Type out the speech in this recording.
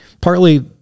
partly